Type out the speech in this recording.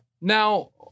Now